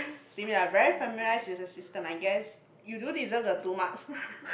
seem you are very familiarise with the system I guess you do deserve the two marks